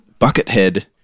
Buckethead